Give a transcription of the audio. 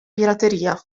pirateria